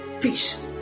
peace